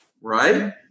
right